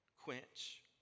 quench